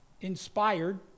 inspired